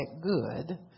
good